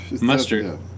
Mustard